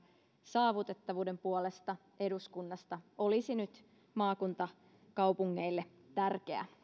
saavutettavuuden puolesta eduskunnasta olisi nyt maakuntakaupungeille tärkeä